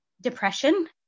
depression